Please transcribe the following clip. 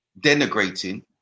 denigrating